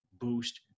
boost